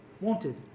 wanted